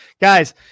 guys